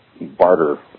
barter